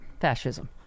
fascism